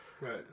Right